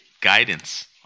guidance